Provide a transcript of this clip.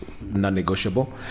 non-negotiable